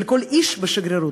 של כל איש בשגרירות,